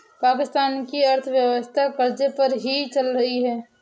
पाकिस्तान की अर्थव्यवस्था कर्ज़े पर ही चल रही है